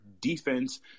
defense